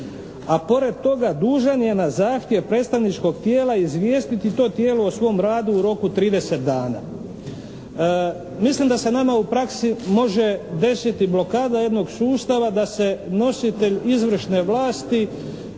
a pored toga dužan je na zahtjev predstavničkog tijela izvijestiti to tijelo o svom radu u roku 30 dana. Mislim da se nama u praksi može desiti blokada jednog sustava da se nositelj izvršne vlasti